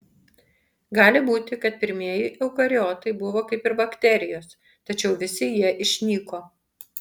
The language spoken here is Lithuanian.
gali būti kad pirmieji eukariotai buvo kaip ir bakterijos tačiau visi jie išnyko